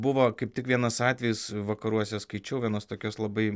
buvo kaip tik vienas atvejis vakaruose skaičiau vienos tokios labai